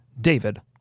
David